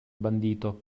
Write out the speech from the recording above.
bandito